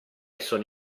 sono